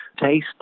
taste